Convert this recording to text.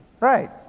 Right